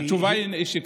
התשובה היא שקרית?